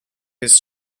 his